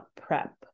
prep